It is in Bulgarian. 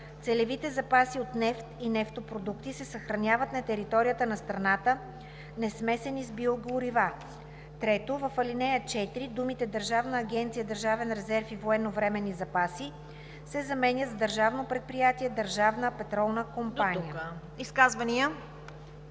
„Целевите запаси от нефт и нефтопродукти се съхраняват на територията на страната несмесени с биогорива.“ 3. В ал. 4 думите „Държавна агенция „Държавен резерв и военновременни запаси“ се заменят с „Държавно предприятие „Държавна петролна компания“.“